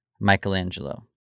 Michelangelo